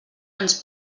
ens